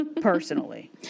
Personally